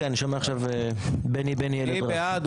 מי נגד?